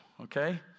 okay